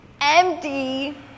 empty